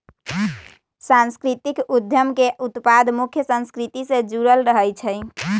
सांस्कृतिक उद्यम के उत्पाद मुख्य संस्कृति से जुड़ल रहइ छै